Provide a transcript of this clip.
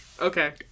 Okay